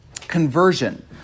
conversion